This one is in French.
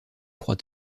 croix